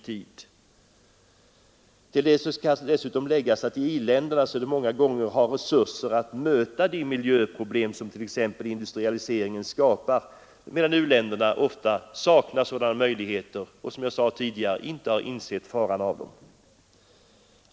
Till det kan dessutom läggas att i-länderna många gånger har resurser att möta de miljöproblem som exempelvis industrialiseringen skapar, medan uländerna ofta saknar sådana möjligheter och — som jag sade tidigare —. inte har insett faran med den.